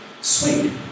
Sweet